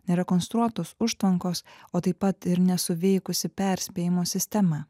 nerekonstruotos užtvankos o taip pat ir nesuveikusi perspėjimo sistema